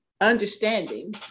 Understanding